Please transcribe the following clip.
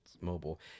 mobile